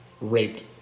raped